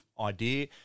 idea